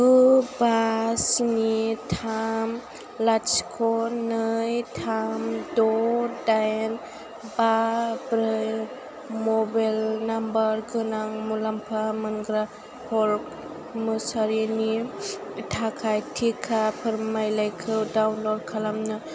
गु बा स्नि थाम लाथिख' नै थाम द' दाइन बा ब्रै मबाइल नाम्बार गोनां मुलाम्फा मोनग्रा कल मोसारिनि थाखाय थिका फोरमानलायखौ डाउनलड खालामनो